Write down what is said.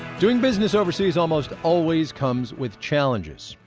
doing business overseas almost always comes with challenges.